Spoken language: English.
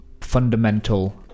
fundamental